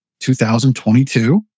2022